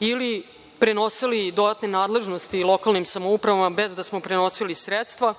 ili prenosili dodatne nadležnosti lokalnim samoupravama bez da smo prenosili sredstva